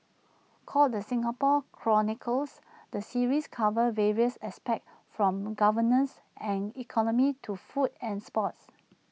called the Singapore chronicles the series covers various aspects from governance and economy to food and sports